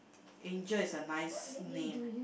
Angel is a nice name